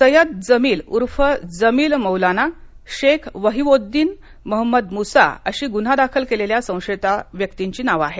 सयद जमील उर्फ जमील मौलाना शेख वहीवोद्दीन मोहंमद मुसा अशी गुन्हा दाखल झालेल्या संशयित व्यक्तींची नावं आहेत